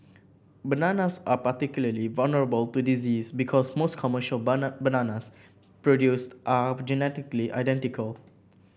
bananas are particularly vulnerable to disease because most commercial bananas produced are genetically identical